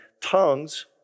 Tongues